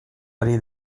ari